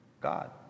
God